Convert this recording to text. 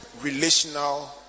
relational